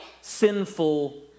sinful